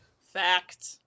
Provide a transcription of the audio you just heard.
Fact